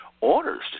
orders